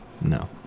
No